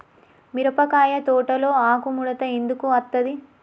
మిరపకాయ తోటలో ఆకు ముడత ఎందుకు అత్తది?